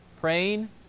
praying